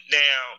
now